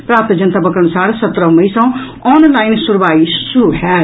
प्राप्त जनतबक अनुसार सत्रह मई सँ ऑनलाईन सुनवाई शुरू होयत